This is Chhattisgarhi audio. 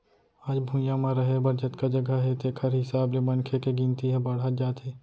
आज भुइंया म रहें बर जतका जघा हे तेखर हिसाब ले मनखे के गिनती ह बाड़हत जात हे